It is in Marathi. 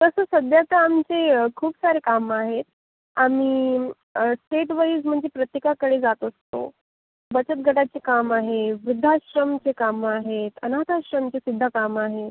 तसं सध्या तर आमची खूप सारे काम आहेत आम्ही स्टेटवाईज म्हणजे प्रत्येकाकडे जात असतो बचत गटाचे काम आहे वृद्धाश्रमाचे कामं आहेत अनाथाश्रमचेसुद्धा कामं आहे